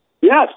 Yes